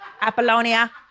Apollonia